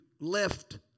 left